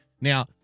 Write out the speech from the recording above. Now